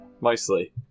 mostly